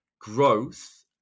growth